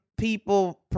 people